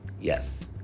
Yes